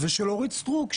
ושל אורית סטרוק,